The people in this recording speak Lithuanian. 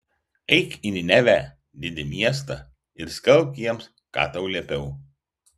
eik į ninevę didį miestą ir skelbk jiems ką tau liepiau